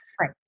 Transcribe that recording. Right